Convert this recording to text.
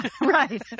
right